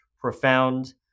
profound